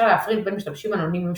להפריד בין משתמשים אנונימיים שונים.